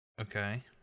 Okay